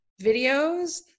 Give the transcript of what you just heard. videos